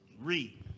Read